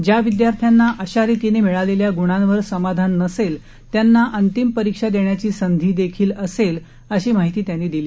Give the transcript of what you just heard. ज्या विद्यार्थ्यांना अशा रीतीनं मिळालेल्या गुणांवर समाधान नसेल त्यांना अंतिम परीक्षा देण्याची संधी देखील असेल अशी माहिती त्यांनी दिली